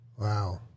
Wow